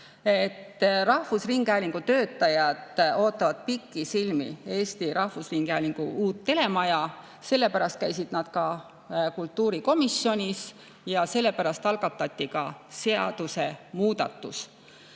Rahvusringhäälingu töötajad ootavad pikisilmi Eesti Rahvusringhäälingu uut telemaja. Sellepärast käisid nad kultuurikomisjonis, sellepärast algatati seadusemuudatus.